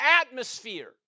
atmosphere